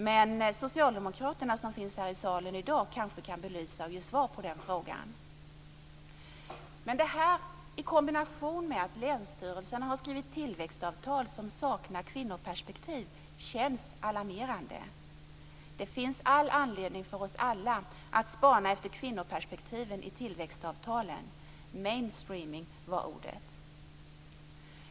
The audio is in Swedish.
Men socialdemokraterna som finns här i dag kanske kan belysa och ge svar på den frågan. Detta i kombination med att länsstyrelserna har skrivit tillväxtavtal som saknar kvinnoperspektiv känns alarmerande. Det finns all anledning för oss alla att spana efter kvinnoperspektiven i tillväxtavtalen. Mainstreaming var ordet.